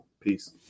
Peace